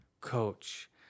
Coach